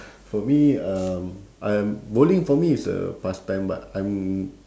for me um I'm bowling for me is a past time but I'm